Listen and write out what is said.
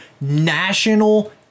National